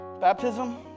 Baptism